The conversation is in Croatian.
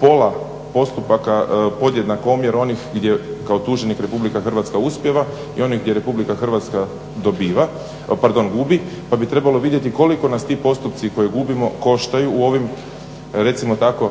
pola postupaka, podjednak omjer onih gdje kao tuženik Republika Hrvatska uspijeva i onih gdje Republika Hrvatska gubi pa bi trebalo vidjeti koliko nas ti postupci koje gubimo koštaju u ovim recimo tako